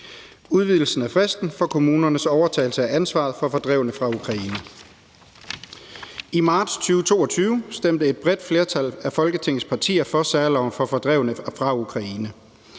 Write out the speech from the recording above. udvidelsen af fristen for kommunernes overtagelse af ansvaret for fordrevne fra Ukraine. I marts 2022 stemte et bredt flertal af Folketingets partier for særloven for fordrevne fra Ukraine.